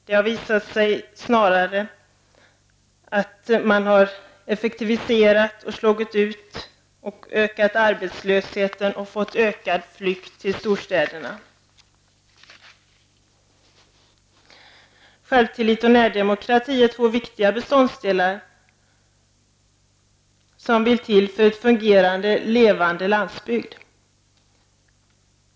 Snarare har det visat sig att man har effektiviserat, slagit ut och ökat arbetslösheten, vilket resulterat i ökad flykt till storstäderna. Självtillit och närdemokrati är två viktiga beståndsdelar som är nödvändiga för en fungerande levande landsbygd.